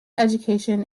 education